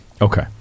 Okay